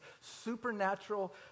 supernatural